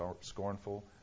scornful